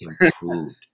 improved